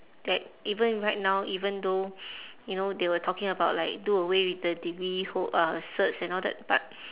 that even right now even though you know they were talking about like do away with the degree ho~ uh certs and all that but